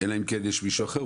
אלא אם כן יש מישהו אחר,